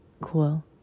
cool